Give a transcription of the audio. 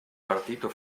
partito